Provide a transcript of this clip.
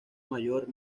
mayor